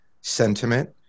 sentiment